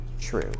true